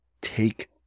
take